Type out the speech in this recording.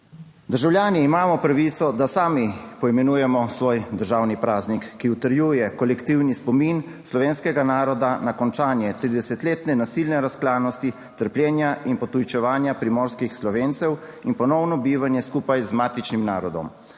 Državljani imamo pravico, da sami poimenujemo svoj državni praznik, ki utrjuje kolektivni spomin slovenskega naroda na končanje 30-letne nasilne razklanosti, trpljenja in potujčevanja primorskih Slovencev in ponovno bivanje skupaj z matičnim narodom.